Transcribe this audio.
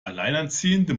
alleinerziehende